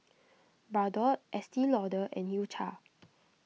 Bardot Estee Lauder and U Cha